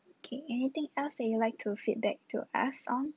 okay anything else that you would like to feedback to us on